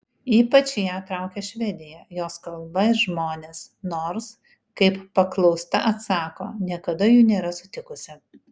ypač ją traukia švedija jos kalba ir žmonės nors kaip paklausta atsako niekada jų nėra sutikusi